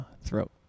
throat